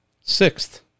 sixth